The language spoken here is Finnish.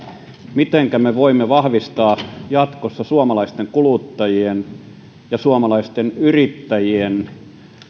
mitenkä me voimme vahvistaa jatkossa suomalaisten kuluttajien ja suomalaisten yrittäjien